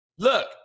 Look